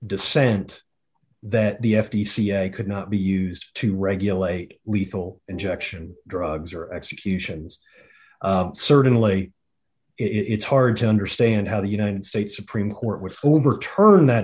dissent that the f t c i could not be used to regulate lethal injection drugs or executions certainly it's hard to understand how the united states supreme court which overturned that